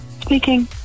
Speaking